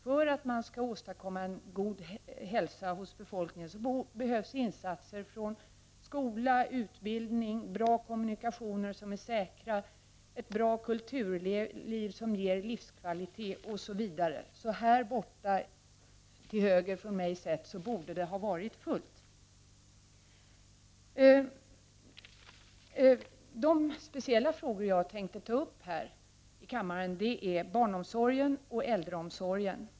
För att kunna åstadkomma en god hälsa hos befolkningen behövs insatser från skola och utbildning, det behövs bra och säkra kommunikationer, ett bra kulturliv som ger livskvalitet, osv. Därför borde det nu ha varit fullsatt i statsrådsbänkarna. De frågor som jag tänker ta upp här i kammaren är barnomsorgen och äldreomsorgen.